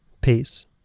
Peace